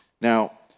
Now